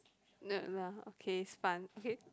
not lah okay is fun okay